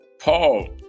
Paul